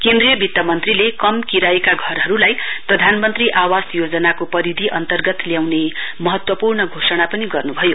केन्द्रीय वित्त मन्त्रीले कम किरायका घरहरुलाई प्रधानमन्त्री आवास योजनाको परिधि अन्यर्गत ल्याउने महत्वपूर्ण घोषणा पनि गर्नु भयो